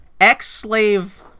ex-slave